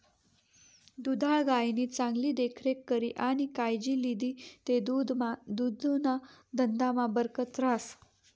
दुधाळ गायनी चांगली देखरेख करी आणि कायजी लिदी ते दुधना धंदामा बरकत रहास